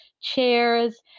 chairs